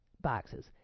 boxes